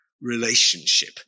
relationship